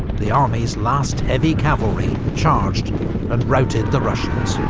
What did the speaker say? the army's last heavy cavalry, charged and routed the russians.